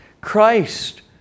Christ